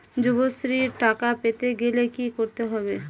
যুবশ্রীর টাকা পেতে গেলে কি করতে হবে?